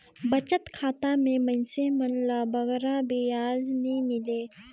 बचत खाता में मइनसे मन ल बगरा बियाज नी मिले